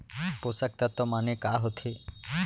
पोसक तत्व माने का होथे?